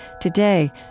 Today